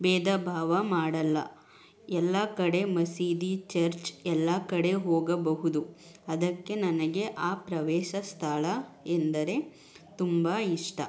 ಭೇದ ಭಾವ ಮಾಡಲ್ಲ ಎಲ್ಲ ಕಡೆ ಮಸೀದಿ ಚರ್ಚ್ ಎಲ್ಲ ಕಡೆ ಹೋಗಬಹುದು ಅದಕ್ಕೆ ನನಗೆ ಆ ಪ್ರವಾಸ ಸ್ಥಳ ಎಂದರೆ ತುಂಬ ಇಷ್ಟ